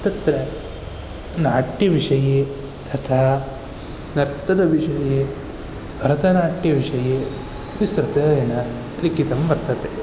तत्र नाट्यविषये तथा नर्तनविषये भरतनाट्यविषये विस्तृतेन लिखितं वर्तते